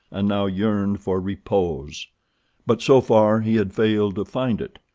and now yearned for repose but so far he had failed to find it,